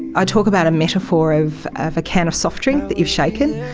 i talk about a metaphor of of a can of soft drink that you've shaken.